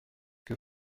que